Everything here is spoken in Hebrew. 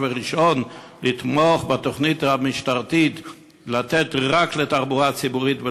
וראשון לתמוך בתוכנית המשטרתית לתת רק לתחבורה הציבורית,